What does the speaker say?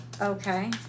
Okay